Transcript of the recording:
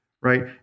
Right